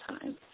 time